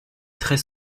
très